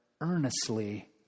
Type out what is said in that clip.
earnestly